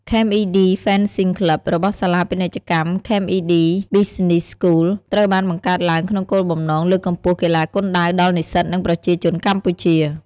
ខេមអុីឌី ហ្វេនសុីង ក្លឺប របស់សាលាពាណិជ្ជកម្ម ខេមអុីឌី ប៑ីសុីនីស៍ ស្កូល ត្រូវបានបង្កើតឡើងក្នុងគោលបំណងលើកកម្ពស់កីឡាគុនដាវដល់និស្សិត និងប្រជាជនកម្ពុជា។